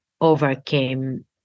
overcame